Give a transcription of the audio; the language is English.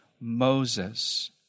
Moses